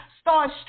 start